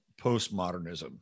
postmodernism